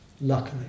luckily